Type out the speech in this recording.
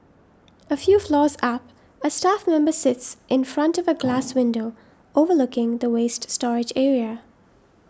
a few floors up a staff member sits in front of a glass window overlooking the waste storage area